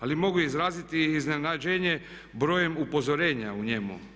Ali mogu i izraziti iznenađenje brojem upozorenja u njemu.